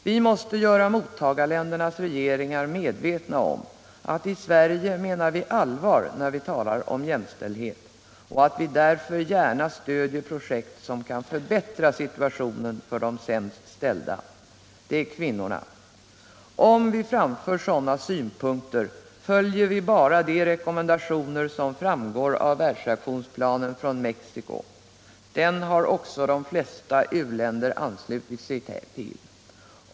Vi måste göra mottagarländernas regeringar medvetna om att i Sverige menar vi allvar när vi talar om jämställdhet och att vi därför gärna stöder projekt som kan förbättra situationen för de sämst ställda. Det är kvinnorna. Om vi framför sådana synpunkter, följer vi bara de rekommendationer som framgår av världsaktionsplanen från Mexico. Den har också de flesta u-länder anslutit sig till.